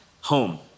home